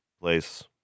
place